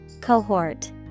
Cohort